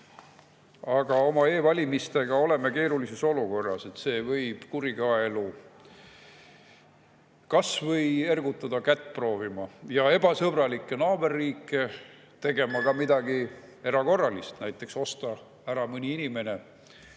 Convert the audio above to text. Aga oma e-valimistega oleme keerulises olukorras. See võib kurikaelu kas või ergutada kätt proovima ja ebasõbralikke naaberriike tegema midagi erakorralist, näiteks ostma ära mõne inimese,